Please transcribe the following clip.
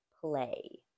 play